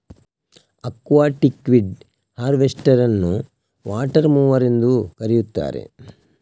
aquatic weed harvester ಅನ್ನುವಾಟರ್ mower ಎಂದೂ ಕರೆಯುತ್ತಾರೆ